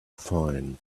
find